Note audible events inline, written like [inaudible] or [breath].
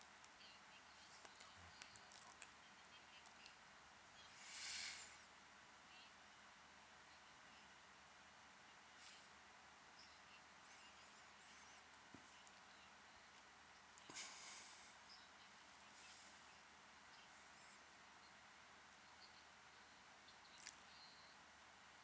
[breath] [breath]